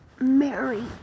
Mary